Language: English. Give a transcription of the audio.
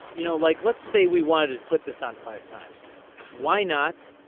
you know like let's say we wanted to put this on five times why not.